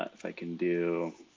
if i can do,